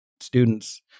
students